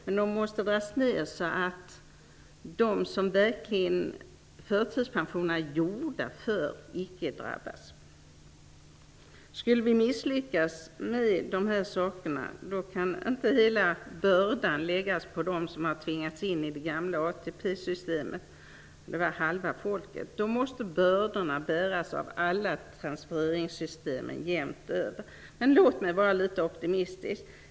Men de måste dras ned på ett sådant sätt att de som förtidspensionerna verkligen är gjorda för inte drabbas. Om vi skulle misslyckas med dessa saker kan inte hela bördan läggas på dem som har tvingats in i det gamla ATP-systemet, dvs. halva folket. Bördorna måste bäras jämnt av alla transfereringssystem. Men låt mig vara litet optimistisk.